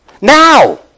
Now